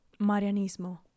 marianismo